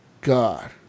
God